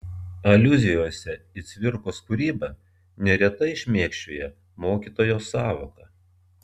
aliuzijose į cvirkos kūrybą neretai šmėkščioja mokytojo sąvoka